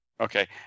Okay